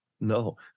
no